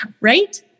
right